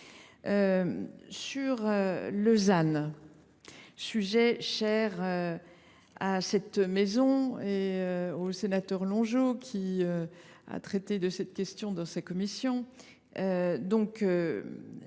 le ZAN, un sujet cher à cette maison et au sénateur Longeot, qui a traité de cette question dans le cadre